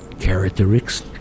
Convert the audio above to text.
characteristics